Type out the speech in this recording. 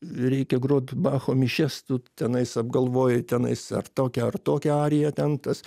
reikia grot bacho mišias tu tenais apgalvoji tenais ar tokią ar tokią ariją ten tas